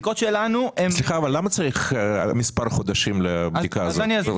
סליחה, אבל למה צריך מספר חודשים לבדיקה הזאת?